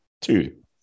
two